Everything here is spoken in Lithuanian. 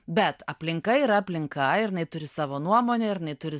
bet aplinka yra aplinka ir jinai turi savo nuomonę ir jinai turi